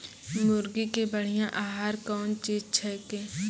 मुर्गी के बढ़िया आहार कौन चीज छै के?